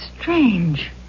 Strange